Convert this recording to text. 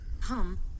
Hum